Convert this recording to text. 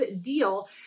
deal